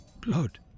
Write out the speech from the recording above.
blood